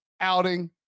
outing